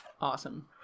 awesome